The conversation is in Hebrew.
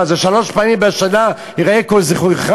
מה זה, "שלוש פעמים בשנה יֵראה כל זכורך"?